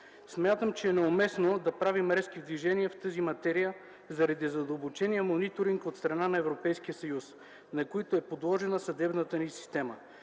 Смятам, че е неуместно да правим резки движения в тази материя заради задълбочения мониторинг от страна на Европейския съюз, на които е подложена съдебната ни система.